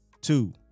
two